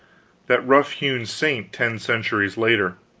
that rough-hewn saint, ten centuries later.